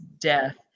death